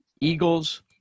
eagles